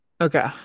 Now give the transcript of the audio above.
okay